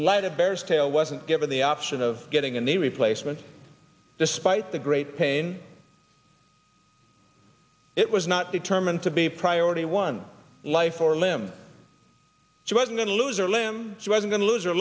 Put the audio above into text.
light of bear's tail wasn't given the option of getting a knee replacement despite the great pain it was not determined to be priority one life or limb she was going to lose her limb she was going to lose her